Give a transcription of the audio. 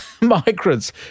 migrants